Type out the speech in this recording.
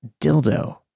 dildo